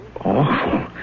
awful